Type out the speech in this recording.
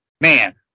man